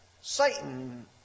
Satan